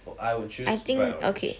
I'll choose bright orange